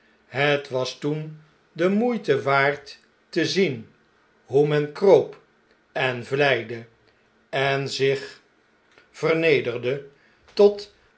het was toen de moeite waard te zien hoe men kroop en vleide en zich vernederde